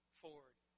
forward